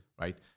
Right